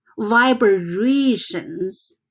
vibrations